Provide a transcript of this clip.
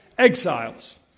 exiles